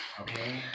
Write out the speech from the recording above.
Okay